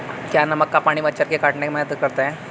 क्या नमक का पानी मच्छर के काटने में मदद करता है?